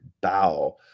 bow